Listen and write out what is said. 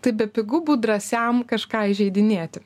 tai bepigu būti drąsiam kažką įžeidinėti